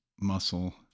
muscle